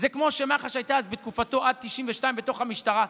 זה כמו שמח"ש הייתה אז בתקופתו עד 1992 בתוך המשטרה.